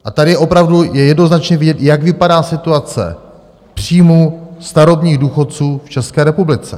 A tady opravdu je jednoznačně vidět, jak vypadá situace příjmů starobních důchodců v České republice.